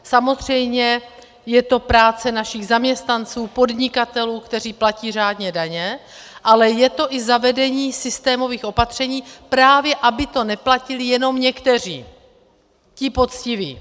Samozřejmě je to práce našich zaměstnanců, podnikatelů, kteří platí řádně daně, ale je to i zavedení systémových opatření, právě aby to neplatili jenom někteří, ti poctiví.